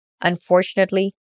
Unfortunately